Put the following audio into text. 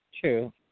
True